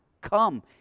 come